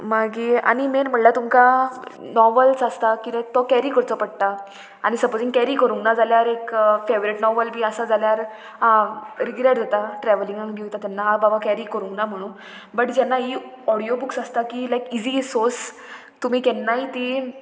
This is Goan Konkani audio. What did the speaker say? मागीर आनी मेन म्हणल्यार तुमकां नॉवल्स आसता कित्याक तो कॅरी करचो पडटा आनी सपोजींग कॅरी करूंक ना जाल्यार एक फेवरेट नॉवल बी आसा जाल्यार आ रिग्रेट जाता ट्रेवलिंगान घेवता तेन्ना हांव बाबा कॅरी करूंक ना म्हणून बट जेन्ना ही ऑडियो बूक आसता की लायक इजी इज सोर्स तुमी केन्नाय ती